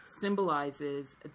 symbolizes